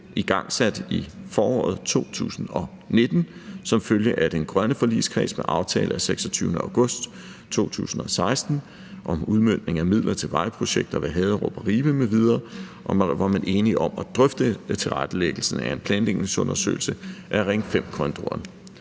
igangsat i foråret 2019 som følge af den grønne forligskreds med aftale af 26. august 2016 om udmøntning af midler til vejprojekter ved Haderup og Ribe m.v., hvor man var enig om at drøfte tilrettelæggelsen af en planlægningsundersøgelse af Ring 5-korridoren.